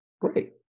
great